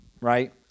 right